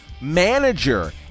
manager